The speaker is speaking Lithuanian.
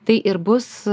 tai ir bus